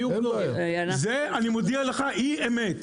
הטענה הזאת היא אי אמת.